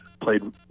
played